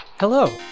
Hello